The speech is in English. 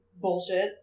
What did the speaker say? bullshit